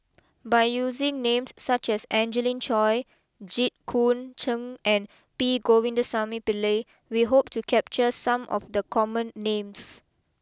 by using names such as Angelina Choy Jit Koon Cheng and P Govindasamy Pillai we hope to capture some of the common names